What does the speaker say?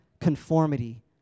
conformity